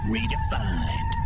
Redefined